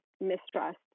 mistrust